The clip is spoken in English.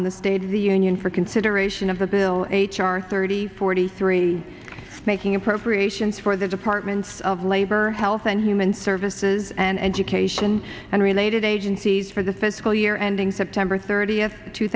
on the state of the union for consideration of the bill h r thirty forty three making appropriations for the departments of labor health and human services and education and related agencies for the fiscal year ending september thirtieth two